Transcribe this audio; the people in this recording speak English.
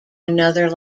another